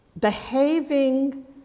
behaving